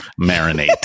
Marinate